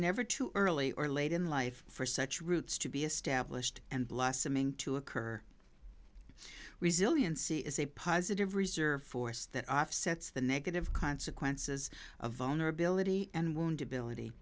never too early or late in life for such roots to be established and blossoming to occur resiliency is a positive reserve force that offsets the negative consequences of vulnerability and wounded bil